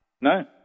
No